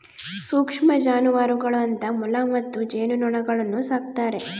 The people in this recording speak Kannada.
ಸೂಕ್ಷ್ಮ ಜಾನುವಾರುಗಳು ಅಂತ ಮೊಲ ಮತ್ತು ಜೇನುನೊಣಗುಳ್ನ ಸಾಕ್ತಾರೆ